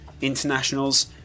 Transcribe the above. internationals